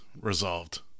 resolved